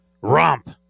romp